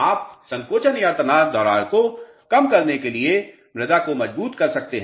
आप संकोचन या तनाव दरार को कम करने के लिए मृदा को मजबूत कर सकते हैं